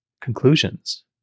conclusions